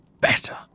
Better